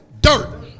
Dirt